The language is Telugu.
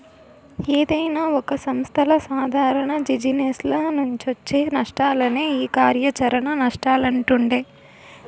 ఏదైనా ఒక సంస్థల సాదారణ జిజినెస్ల నుంచొచ్చే నష్టాలనే ఈ కార్యాచరణ నష్టాలంటుండె